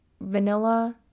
vanilla